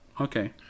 Okay